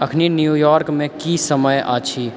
अखन न्यूयॉर्कमे की समय अछि